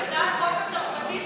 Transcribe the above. הצעת החוק הצרפתית,